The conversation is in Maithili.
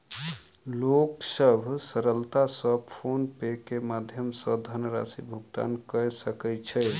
लोक सभ सरलता सॅ फ़ोन पे के माध्यम सॅ धनराशि भुगतान कय सकै छै